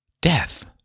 death